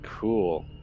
cool